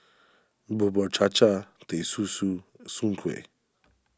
Bubur Cha Cha Teh Susu Soon Kueh